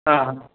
हां हां